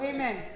Amen